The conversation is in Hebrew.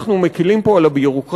אנחנו מקלים פה על הביורוקרטיה,